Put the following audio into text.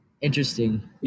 Interesting